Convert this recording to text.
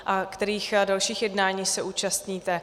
A kterých dalších jednání se účastníte?